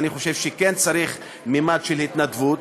אני חושב שכן צריך ממד של התנדבות,